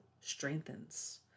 strengthens